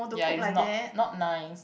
ya is not not nice